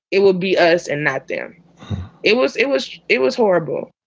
it will be us. and that then it was it was it was horrible.